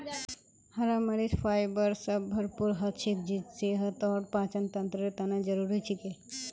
हरा मरीच फाइबर स भरपूर हछेक जे सेहत और पाचनतंत्रेर तने जरुरी छिके